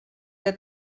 que